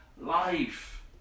life